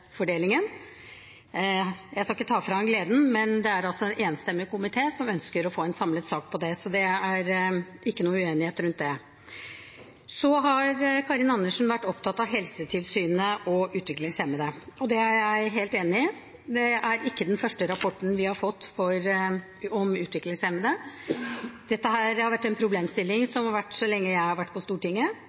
Jeg skal ikke ta fra ham gleden, men det er en enstemmig komité som ønsker å få en samlet sak om det, så det er ikke noen uenighet om det. Så har Karin Andersen vært opptatt av Helsetilsynet og utviklingshemmede. Det er jeg helt enig i. Det er ikke den første rapporten vi har fått om utviklingshemmede, dette har vært en problemstilling så lenge jeg har vært på Stortinget.